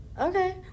Okay